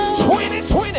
2020